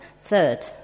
Third